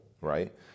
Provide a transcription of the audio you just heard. right